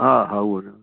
हा हा उहो